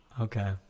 Okay